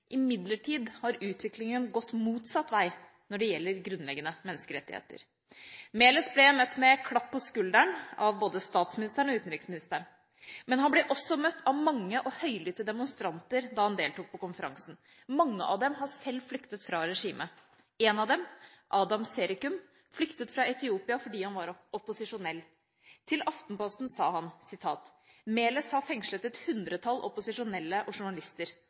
Imidlertid har utviklingen gått motsatt vei når det gjelder grunnleggende menneskerettigheter. Meles ble møtt med klapp på skulderen av både statsministeren og utenriksministeren, men han ble også møtt av mange og høylytte demonstranter da han deltok på konferansen. Mange av dem har selv flyktet fra regimet. En av dem, Adam Mulualem Zerikun, flyktet fra Etiopia fordi han var opposisjonell. Til Aftenposten sa han: «Meles har fengslet et hundretall opposisjonelle og journalister.